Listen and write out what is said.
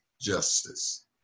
justice